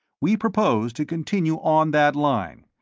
we propose to continue on that line,